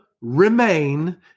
remain